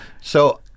So-